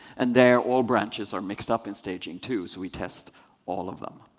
and there, all branches are mixed up in staging, too, so we test all of them.